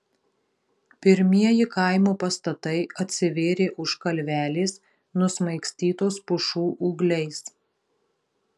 pirmieji kaimo pastatai atsivėrė už kalvelės nusmaigstytos pušų ūgliais